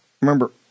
remember